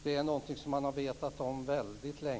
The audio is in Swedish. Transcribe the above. Det är något som man har vetat om väldigt länge.